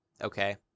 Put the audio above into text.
Okay